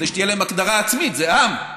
כדי שתהיה להם הגדרה עצמית זה עם.